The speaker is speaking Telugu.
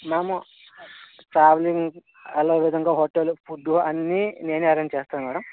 మ్యామ్ ఫ్యామిలీ అదే విధంగా హోటల్ ఫుడ్ అన్ని నేనే అరేంజ్ చేస్తాను మ్యాడం